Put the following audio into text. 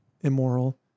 immoral